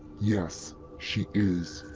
yes she is,